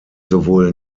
sowohl